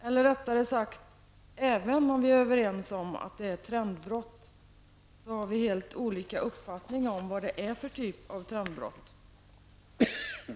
Eller rättare sagt: Även om vi är överens om att det är ett trendbrott, har vi helt olika uppfattning om vad det är för typ av trendbrott.